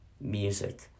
music